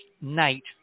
night